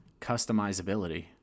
customizability